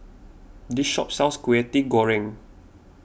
this shop sells Kwetiau Goreng